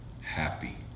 happy